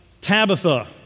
Tabitha